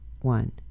one